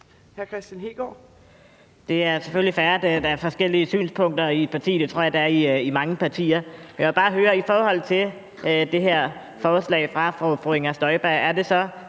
Det er selvfølgelig fair, at der er forskellige synspunkter i et parti; det tror jeg der er i mange partier. Men jeg vil bare høre i forhold til det her forslag fra fru Inger Støjberg: Er det så